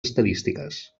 estadístiques